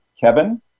Kevin